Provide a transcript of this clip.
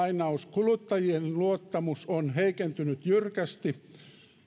kuluttajien luottamus on heikentynyt jyrkästi